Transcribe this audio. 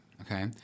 Okay